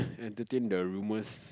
entertain the rumors